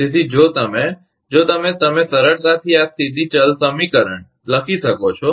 તેથી જો તમે જો તમે તમે સરળતાથી આ સ્થિતી ચલ સમીકરણ લખી શકો છો